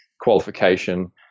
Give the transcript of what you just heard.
qualification